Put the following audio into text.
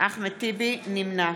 נמנע